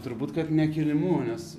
turbūt kad ne kilimų nes